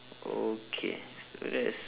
okay let's